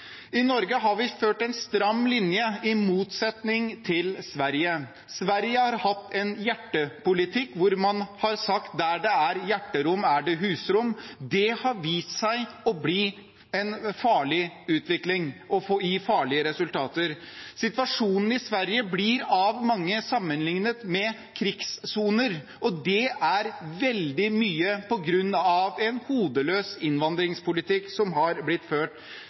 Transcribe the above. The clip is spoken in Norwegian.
I Norge har vi ført en stram linje, i motsetning til Sverige. Sverige har hatt en hjertepolitikk, hvor man har sagt: Der det er hjerterom, er det husrom. Det har vist seg å bli en farlig utvikling og gi farlige resultater. Situasjonen i Sverige blir av mange sammenlignet med krigssoner, og det er veldig mye på grunn av en hodeløs innvandringspolitikk som har blitt ført.